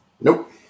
Nope